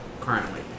currently